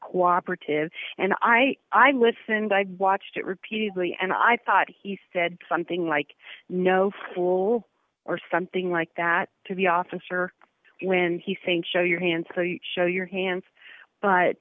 cooperative and i i listened i watched it repeatedly and i thought he said something like no fool or something like that to the officer when he's saying show your hands show your hands but